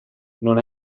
non